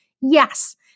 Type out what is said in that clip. Yes